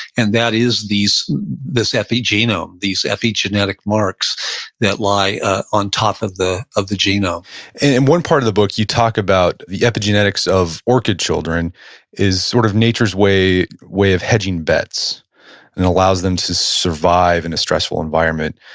and that is this epigenome, these epigenetic marks that lie on top of the of the genome and in one part of the book, you talk about the epigenetics of orchid children is sort of nature's way way of hedging bets and allows them to survive in a stressful environment.